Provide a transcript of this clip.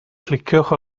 cliciwch